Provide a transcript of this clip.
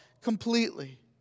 completely